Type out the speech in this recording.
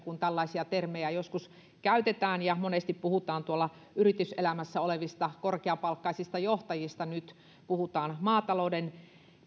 kun tällaisia termejä joskus käytetään monesti puhutaan yrityselämässä olevista korkeapalkkaisista johtajista nyt puhutaan